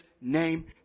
name